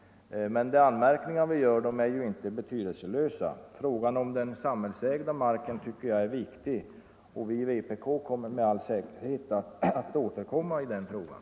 Men de anmärkningar som vi gör är inte betydelselösa. Frågan om den samhällsägda marken är viktig. Vi från vpk skall med all säkerhet återkomma i den frågan.